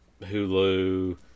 Hulu